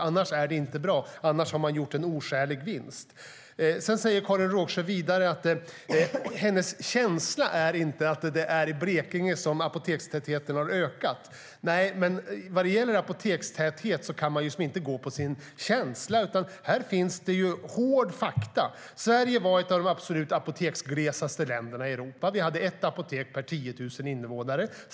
Annars är det inte bra - då har man gjort en oskälig vinst. Karin Rågsjö säger att hennes känsla inte är att apotekstätheten har ökat i Blekinge, men man kan inte gå på sin känsla när det gäller apotekstätheten. Här finns hårda fakta. Sverige var ett av de absolut mest apoteksglesa länderna i Europa. Vi hade ett apotek per 10 000 invånare.